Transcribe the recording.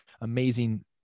amazing